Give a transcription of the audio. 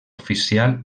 oficial